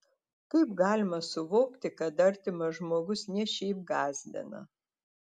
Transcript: kaip galima suvokti kad artimas žmogus ne šiaip gąsdina